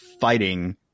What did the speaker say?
fighting –